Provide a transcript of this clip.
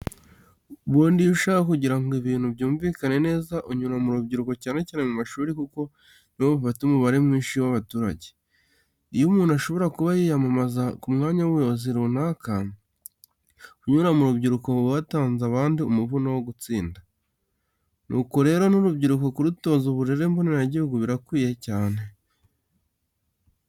Ubundi iyo ushaka kugira ngo ibintu byumvikane neza unyura mu rubyiruko cyane cyane mu mashuri kuko ni bo bafata umubare mwinshi w'abaturage. uyu muntu ashobora kuba yiyamamaza kumwanya w'ubuyobozi runaka, kunyura mu rubyuruko uba watanze abandi umuvuno wo gutsinda. Nuko rero n'urubyiruko kurutoza uburere mboneagihugu birakwiye cyane.